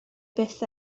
byth